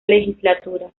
legislatura